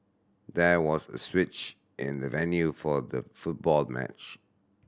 there was a switch in the venue for the football match